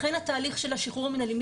לכן התהליך של השחרור המינהלי,